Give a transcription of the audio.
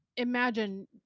Imagine